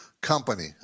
company